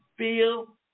Feel